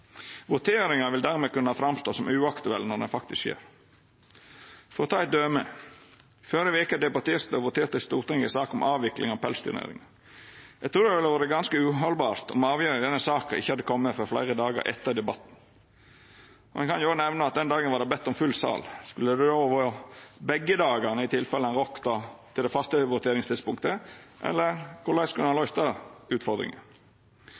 Voteringa vil dermed kunna synast uaktuell når ho faktisk skjer. Eg kan ta eit døme: I førre veke debatterte og voterte Stortinget i saka om avvikling av pelsdyrnæringa. Eg trur det ville ha vore ganske uhaldbart om avgjerda i denne saka ikkje hadde kome før fleire dagar etter debatten. Eg kan òg nemne at den dagen var det bedt om full sal. Skulle det då ha vore full sal begge dagane, i tilfelle ein rakk det til det faste voteringstidspunktet? Korleis skulle ein ha løyst den utfordringa?